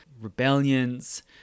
rebellions